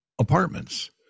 apartments